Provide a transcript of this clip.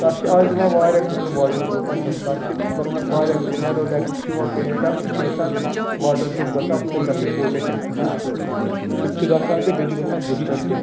تتھ چھِ آز یِوان واریاہ قٕسم واٹَر پرٛوٗفَس تَتھ چھِ مطلب واریاہ قٕسم نیرولیکُک چھُ یِوان پینٛٹ اَکھ سُہ چھُ آسان واٹر پرٛوٗف گژھان فُل تَتھ چھِ کوٹیشن کھسان اَصٕل سُہ تہِ چھُ گَژھان تہٕ بیٚیہِ چھُ گَژھان جِپسن تہِ